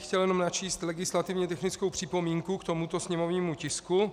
Chtěl bych jenom načíst legislativně technickou připomínku k tomuto sněmovnímu tisku.